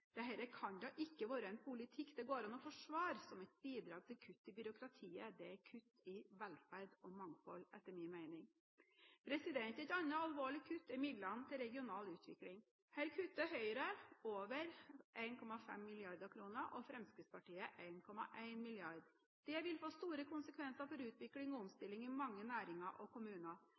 kan da ikke være en politikk det går an å forsvare som et bidrag til kutt i byråkratiet. Det er kutt i velferd og mangfold, etter min mening. Et annet alvorlig kutt er i midlene til regional utvikling. Her kutter Høyre over 1,5 mrd. kr og Fremskrittspartiet 1,1 mrd. kr. Det vil få store konsekvenser for utvikling og omstilling i mange næringer og kommuner.